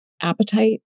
appetite